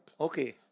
Okay